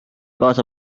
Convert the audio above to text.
kaasa